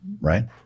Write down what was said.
right